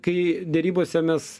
kai derybose mes